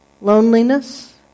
loneliness